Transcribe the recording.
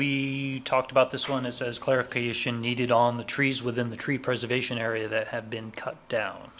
we talked about this one it says clarification needed on the trees within the tree preservation area that have been cut down